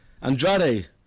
Andrade